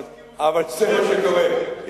אבל זה מה שקורה.